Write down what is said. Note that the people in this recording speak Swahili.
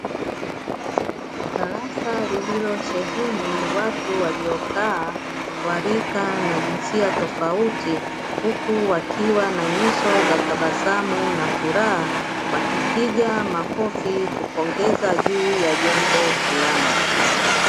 Darasa lililosheheni watu waliokaa wa rika na jinsia tofauti, huku wakiwa na nyuso za tabasamu na furaha wakipiga makofi kupongeza juu ya jambo fulani.